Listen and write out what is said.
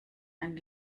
ein